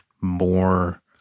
more